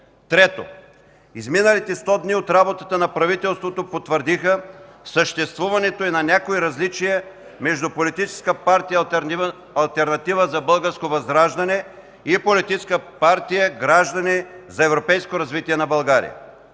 Трето, изминалите 100 дни от работата на правителството потвърдиха съществуването и на някои различия между политическа партия „Алтернатива за Българско възраждане” и политическа партия „Граждани за европейско развитие на България”.